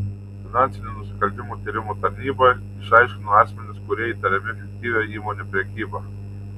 finansinių nusikaltimų tyrimo tarnyba išaiškino asmenis kurie įtariami fiktyvia įmonių prekyba